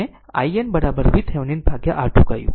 આમ મેં i n VThevenin ભાગ્યા R2 કહ્યું